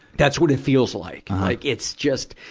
that's what it feels like. like it's just,